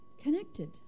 connected